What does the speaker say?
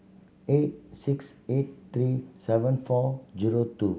eight six eight three seven four zero two